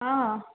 ହଁ